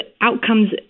outcomes